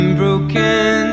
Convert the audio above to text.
broken